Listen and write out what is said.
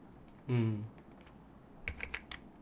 mm